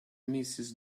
mrs